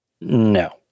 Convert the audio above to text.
No